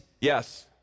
Yes